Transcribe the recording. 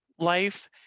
life